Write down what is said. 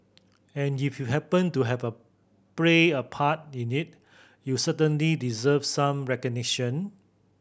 and if you happened to have a played a part in it you certainly deserve some recognition